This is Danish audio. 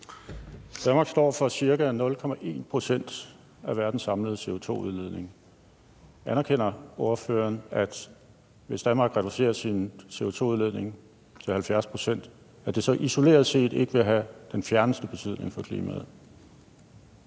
Danmark står for ca. 0,1 pct. af verdens samlede CO₂-udledning. Anerkender ordføreren, at hvis Danmark reducerer sin CO₂-udledning til 70 pct., vil det isoleret set ikke have den fjerneste betydning for klimaet?